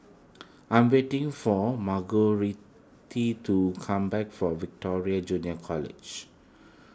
I am waiting for Margurite to come back from Victoria Junior College